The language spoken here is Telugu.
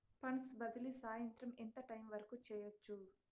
ఫండ్స్ బదిలీ సాయంత్రం ఎంత టైము వరకు చేయొచ్చు